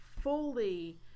fully